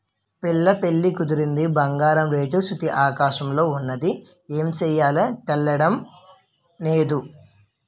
పిల్ల పెళ్లి కుదిరింది బంగారం రేటు సూత్తే ఆకాశంలోన ఉన్నాది ఏమి సెయ్యాలో తెల్డం నేదు